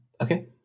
Okay